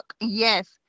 Yes